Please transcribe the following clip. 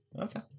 Okay